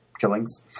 killings